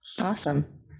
awesome